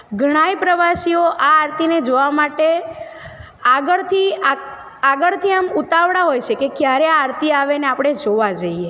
ઘણાએ પ્રવાસીઓ આ આરતીને જોવા માટે આગળથી આગથી આગળથી આમ ઉતાવળા હોય છે કે કયારે આ આરતી આવેને આપણે જોવા જઈએ